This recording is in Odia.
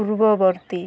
ପୂର୍ବବର୍ତ୍ତୀ